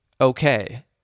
okay